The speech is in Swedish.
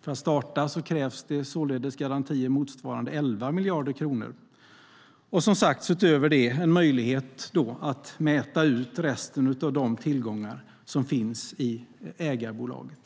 För att starta krävs det således garantier motsvarande 11 miljarder kronor, och som sagts utöver det en möjlighet att mäta ut resten av de tillgångar som finns i ägarbolaget.